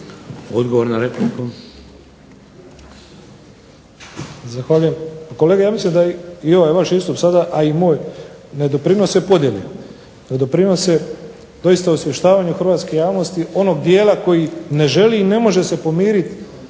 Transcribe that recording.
Odgovor na repliku.